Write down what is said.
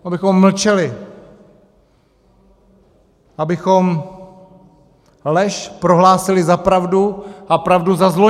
Abychom mlčeli, abychom lež prohlásili za pravdu a pravdu za zločin?